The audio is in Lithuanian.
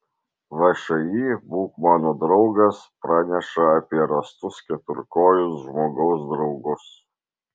všį būk mano draugas praneša apie rastus keturkojus žmogaus draugus